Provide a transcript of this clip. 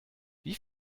wie